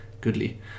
goodly